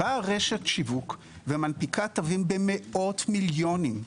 באה רשת שיווק ומנפיקה תווים במאות מיליונים.